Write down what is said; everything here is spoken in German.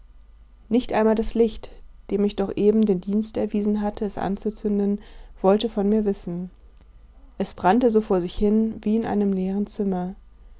nicht einmal das licht dem ich doch eben den dienst erwiesen hatte es anzuzünden wollte von mir wissen es brannte so vor sich hin wie in einem leeren zimmer